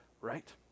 right